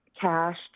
cash